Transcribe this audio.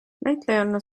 näitlejanna